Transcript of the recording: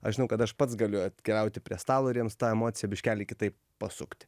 aš žinau kad aš pats galiu atkeliauti prie stalo ir jiems tą emociją biškelį kitaip pasukt